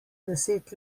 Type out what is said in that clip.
deset